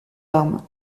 armes